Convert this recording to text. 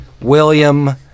William